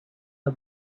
her